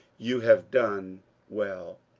you have done well